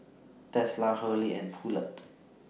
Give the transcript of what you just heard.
Tesla Hurley and Poulet